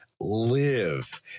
Live